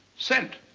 scent.